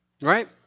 right